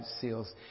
seals